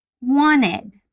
wanted